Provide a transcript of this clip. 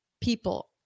people